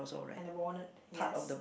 at the bonnet yes